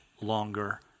longer